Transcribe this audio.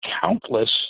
countless